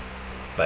but